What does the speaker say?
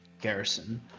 garrison